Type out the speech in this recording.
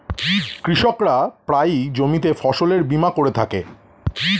কৃষকরা প্রায়ই জমিতে ফসলের বীমা করে থাকে